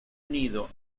nido